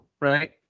right